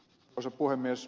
arvoisa puhemies